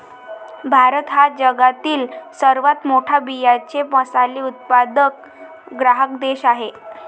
भारत हा जगातील सर्वात मोठा बियांचे मसाले उत्पादक ग्राहक देश आहे